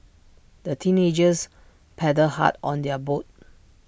the teenagers paddled hard on their boat